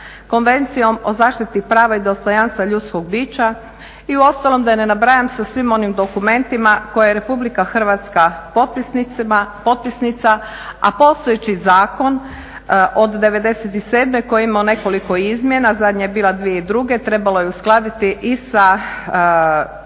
Konvencijom o zaštiti prava i dostojanstva ljudskog bića i uostalom da ne nabrajam sa svim onim dokumentima kojih je Republika Hrvatska potpisnica, a postojeći zakon od '97. koji je imao nekoliko izmjena, zadnja je bila 2002. trebalo je uskladiti i sa